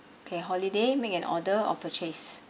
okay holiday make an order or purchase